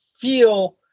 feel